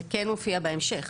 זה כן מופיע בהמשך